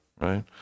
Right